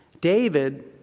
David